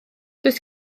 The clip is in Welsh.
does